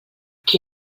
qui